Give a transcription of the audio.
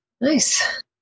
Nice